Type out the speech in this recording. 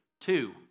Two